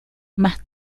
más